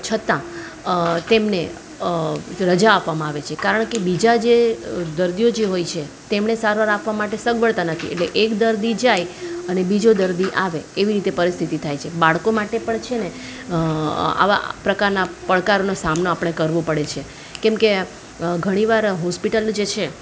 છતાં તેમને રજા આપવામાં આવે છે કારણ કે બીજા જે દર્દીઓ જે હોય છે તેમણે સારવાર આપવા માટે સગવડતા નથી એટલે એક દર્દી જાય અને બીજો દર્દી આવે એવી રીતે પરિસ્થિતિ થાય છે બાળકો માટે પણ છે ને આવા પ્રકારના પડકારોનો સામનો આપણે કરવો પડે છે કેમ કે ઘણી વાર હોસ્પિટલ જે છે